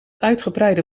uitgebreide